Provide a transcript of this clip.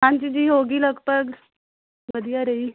ਹਾਂਜੀ ਜੀ ਹੋ ਗਈ ਲਗਭਗ ਵਧੀਆ ਰਹੀ